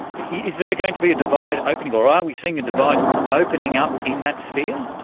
yeah is there going to be a divide opening or are we seeing a divide opening up in that sphere?